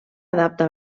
adapta